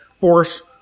force